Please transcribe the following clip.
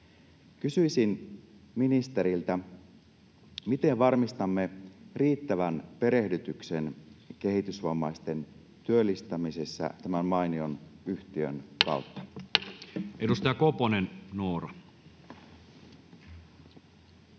Kysyisin ministeriltä: miten varmistamme riittävän perehdytyksen kehitysvammaisten työllistämisessä tämän mainion yhtiön kautta? [Speech 19] Speaker: Toinen